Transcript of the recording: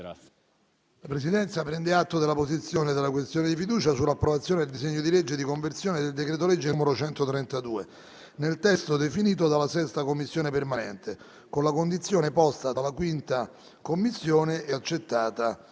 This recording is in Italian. La Presidenza prende atto della posizione della questione di fiducia sull’approvazione del disegno di legge di conversione in legge del decreto-legge n. 132, nel testo definito dalla 6[a] Commissione, modificato in conformità alla condizione posta dalla 5[a ]Commissione e accettata